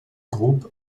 groupe